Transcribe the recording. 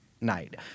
night